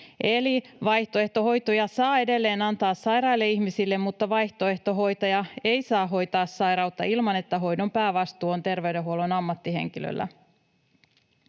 Eli vaihtoehtohoitoja saa edelleen antaa sairaille ihmisille, mutta vaihtoehtohoitaja ei saa hoitaa sairautta ilman, että hoidon päävastuu on terveydenhuollon ammattihenkilöllä.